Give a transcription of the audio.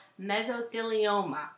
mesothelioma